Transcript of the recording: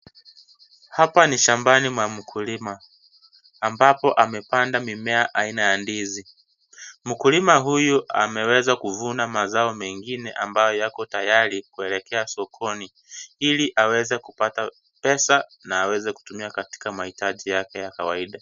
Hapa ni shambani mwa mkulima, ambapo amepanda mimea aina ya ndizi. Mkulima huyu ameweza kuvuna mazao mengine ambayo yako tayari kuelekea sokoni ili aweze kupata pesa na aweze kutumkia katika mahitaji yake ya kawaida.